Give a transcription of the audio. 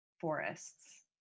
forests